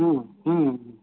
ᱦᱮᱸ ᱦᱮᱸ